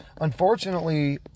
unfortunately